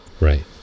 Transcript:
Right